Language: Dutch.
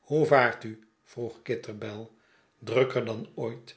hoe vaart u vroeg kitterbell drukker dan ooit